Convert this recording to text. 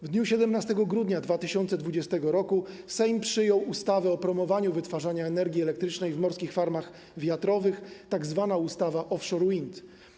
W dniu 17 grudnia 2020 r. Sejm przyjął ustawę o promowaniu wytwarzania energii elektrycznej w morskich farmach wiatrowych, tzw. ustawę offshore wind.